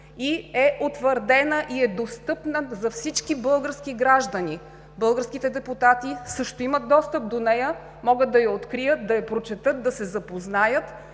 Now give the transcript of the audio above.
Утвърдена е и е достъпна за всички български граждани. Българските депутати също имат достъп до нея, могат да я открият, да я прочетат, да се запознаят,